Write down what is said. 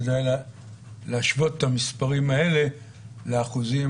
כדאי להשוות את המספרים האלה לאחוזים